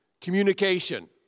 communication